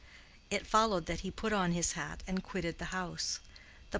it followed that he put on his hat and quitted the house.